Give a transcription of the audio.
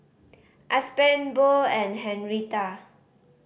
Aspen Bo and Henrietta